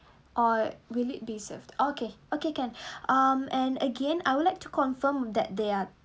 or will it be served okay okay can um and again I would like to confirm that they are